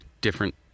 different